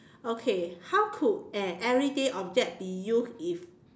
okay how could an everyday object be used if